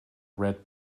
red